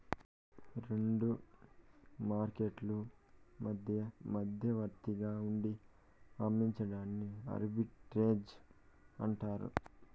రెండు మార్కెట్లు మధ్య మధ్యవర్తిగా ఉండి అమ్మించడాన్ని ఆర్బిట్రేజ్ అంటారు